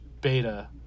beta